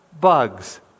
bugs